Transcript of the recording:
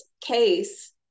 case